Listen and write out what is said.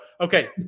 okay